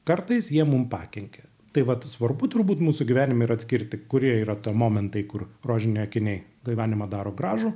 kartais jie mum pakenkia tai vat svarbu turbūt mūsų gyvenime ir atskirti kurie yra to momentai kur rožiniai akiniai gyvenimą daro gražų